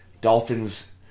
Dolphins